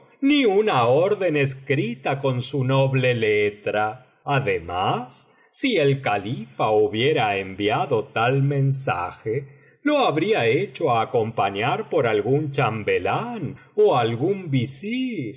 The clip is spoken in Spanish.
ni una orden escrita con su noble letra además si el califa hubiera enviado tal mensaje lo habría hecho acompañar por algún chambelán ó algún visir